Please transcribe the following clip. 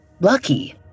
lucky